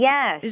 Yes